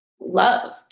loved